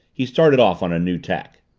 he started off on a new tack.